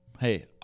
hey